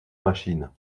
machines